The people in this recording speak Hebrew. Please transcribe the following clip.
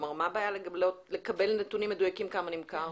מה הבעיה לקבל נתונים מדויקים כמה נמכר?